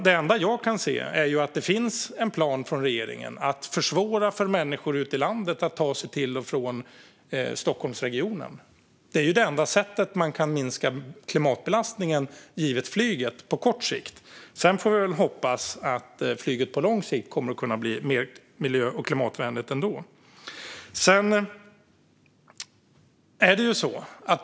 Det enda jag kan se är att regeringen har en plan för att försvåra för människor ute i landet att ta sig till och från Stockholmsregionen, för det är det enda sättet att minska flygets klimatbelastning på kort sikt. Sedan får vi väl ändå hoppas att flyget på lång sikt kommer att kunna bli mer miljö och klimatvänligt.